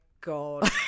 God